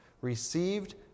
received